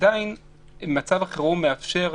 עדיין מצב החירום מאפשר,